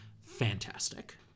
fantastic